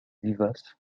vivace